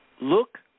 look